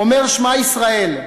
אומר "שמע ישראל",